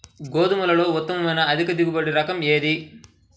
గోధుమలలో ఉత్తమమైన అధిక దిగుబడి రకం ఏది?